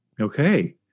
Okay